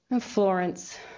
Florence